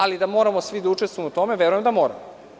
Ali, da moramo svi da učestvujemo u tome verujem da moramo.